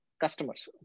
customers